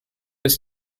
ist